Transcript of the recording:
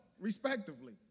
respectively